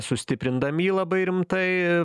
sustiprindami jį labai rimtai